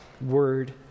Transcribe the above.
word